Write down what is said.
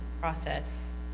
process